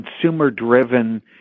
consumer-driven